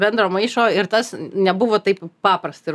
bendro maišo ir tas nebuvo taip paprasta ir